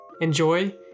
Enjoy